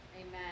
Amen